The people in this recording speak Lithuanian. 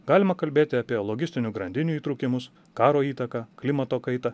galima kalbėti apie logistinių grandinių įtrūkimus karo įtaką klimato kaitą